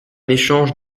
échange